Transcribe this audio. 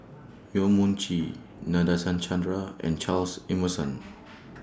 Yong Mun Chee Nadasen Chandra and Charles Emmerson